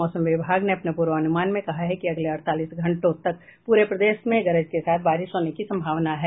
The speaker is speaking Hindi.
मौसम विभाग ने अपने पूर्वानुमान में कहा है कि अगले अड़तालीस घंटों तक पूरे प्रदेश में गरज के साथ बाारिश होने की संभावना है